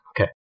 Okay